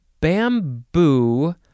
Bamboo